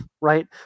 right